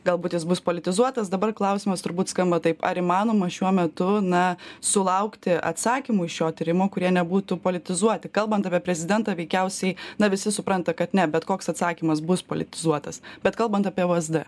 galbūt jis bus politizuotas dabar klausimas turbūt skamba taip ar įmanoma šiuo metu na sulaukti atsakymų iš šio tyrimo kurie nebūtų politizuoti kalbant apie prezidentą veikiausiai na visi supranta kad ne bet koks atsakymas bus politizuotas bet kalbant apie vsd